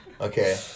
Okay